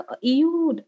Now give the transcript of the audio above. EU